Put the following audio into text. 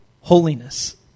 Holiness